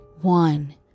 one